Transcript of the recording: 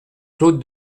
claude